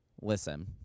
listen